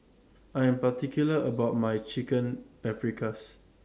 I Am particular about My Chicken Paprikas